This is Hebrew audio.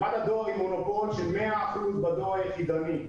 חברת הדואר היא מונופול של 100% בדואר היחידני,